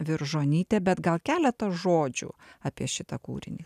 viržonytė bet gal keletą žodžių apie šitą kūrinį